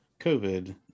COVID